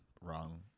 wrong